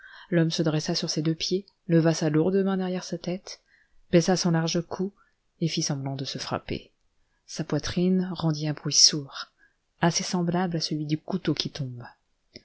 l'homme se dressa sur ses deux pieds leva sa lourde main derrière sa tête baissa son large cou et fit semblant de se frapper sa poitrine rendit un bruit sourd assez semblable à celui du couteau qui tombe